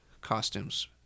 costumes